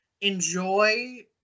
enjoy